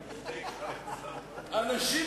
מהאופוזיציה,